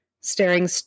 staring